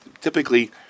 typically